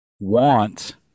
Want